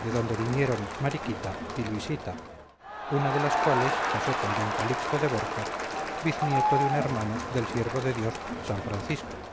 de donde vinieron mariquita y luisita una de las cuales casó con d calixto de borja biznieto de un hermano del siervo de dios san francisco